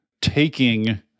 taking